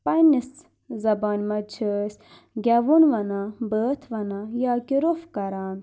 پَننِس زبانہِ منٛز چھِ أسۍ گؠوُن وَنان بٲتھ وَنان یا کِہ روٚف کَران